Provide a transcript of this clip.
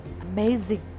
amazing